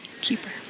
keeper